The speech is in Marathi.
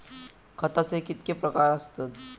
खताचे कितके प्रकार असतत?